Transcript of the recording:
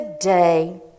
today